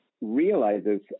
realizes